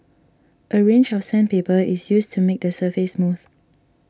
a range of sandpaper is used to make the surface smooth